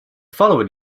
following